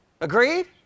Agreed